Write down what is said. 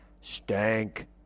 stank